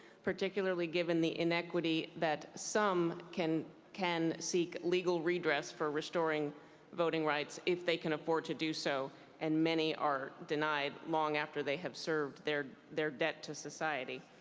particularly given the inequity that some can can seek legal redress for restoring voting rights if they can afford to do so and many are denied long after they have served their their debt to society.